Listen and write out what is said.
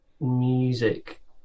music